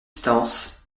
stances